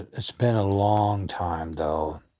it's been a long time though.